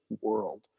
world